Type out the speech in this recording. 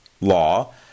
law